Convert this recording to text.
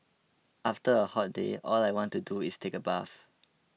after a hot day all I want to do is take a bath